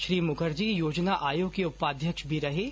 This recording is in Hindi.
श्री मुखर्जी योजना आयोग के उपाध्यक्ष भी रहे थे